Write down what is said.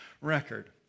record